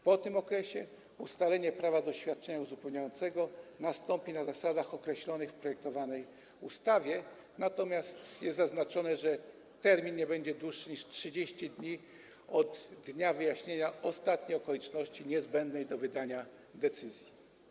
Po tym okresie ustalenie prawa do świadczenia uzupełniającego nastąpi na zasadach określonych w projektowanej ustawie, natomiast jest zaznaczone, że termin nie będzie dłuższy niż 30 dni od dnia wyjaśnienia ostatniej okoliczności niezbędnej do wydania decyzji.